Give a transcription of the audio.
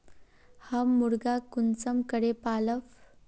हम मुर्गा कुंसम करे पालव?